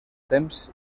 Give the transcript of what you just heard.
temps